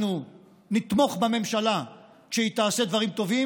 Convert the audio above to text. אנחנו נתמוך בממשלה כשהיא תעשה דברים טובים